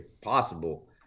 possible